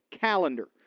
calendar